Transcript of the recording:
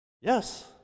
Yes